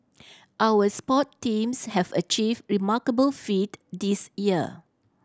our sport teams have achieved remarkable feat this year